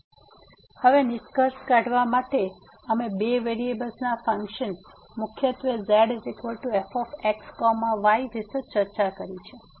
તેથી હવે નિષ્કર્ષ કાઢવા માટે તેથી અમે બે વેરીએબલ્સના ફંક્શન મુખ્યત્વે Zfxy વિષે ચર્ચા કરી છે